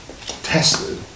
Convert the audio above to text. tested